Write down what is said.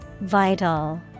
Vital